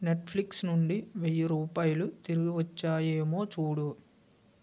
Netflix నుండి వెయ్యి రూపాయలు తిరిగివచ్చాయేమో చూడు